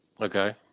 okay